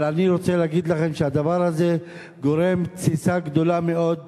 אבל אני רוצה להגיד לכם שהדבר הזה גורם לתסיסה גדולה מאוד,